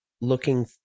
looking